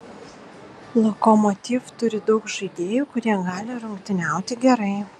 lokomotiv turi daug žaidėjų kurie gali rungtyniauti gerai